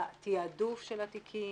בתעדוף של התיקים,